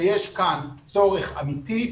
שיש כאן צורך אמיתי.